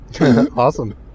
Awesome